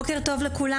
בוקר טוב לכולם,